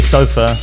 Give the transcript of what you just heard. Sofa